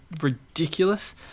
Ridiculous